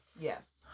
Yes